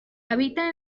habita